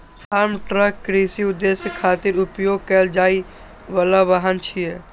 farm truck कृषि उद्देश्य खातिर उपयोग कैल जाइ बला वाहन छियै